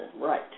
Right